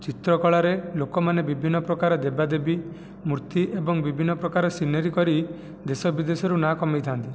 ଚିତ୍ରକଳାରେ ଲୋକମାନେ ବିଭିନ୍ନ ପ୍ରକାର ଦେବାଦେବୀ ମୂର୍ତ୍ତି ଏବଂ ବିଭିନ୍ନ ପ୍ରକାର ସିନେରି କରି ଦେଶ ବିଦେଶରୁ ନାଁ କମାଇଥାନ୍ତି